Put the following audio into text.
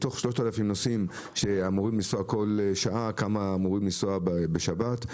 מתוך 3,000 נוסעים שאמורים לנסוע כל שעה כמה אמורים לנסוע בשבת,